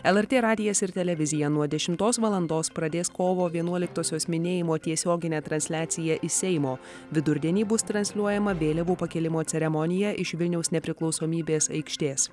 lrt radijas ir televizija nuo dešimtos valandos pradės kovo vienuoliktosios minėjimo tiesioginę transliaciją iš seimo vidurdienį bus transliuojama vėliavų pakėlimo ceremonija iš vilniaus nepriklausomybės aikštės